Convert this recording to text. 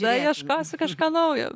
tada ieškosiu kažką naujo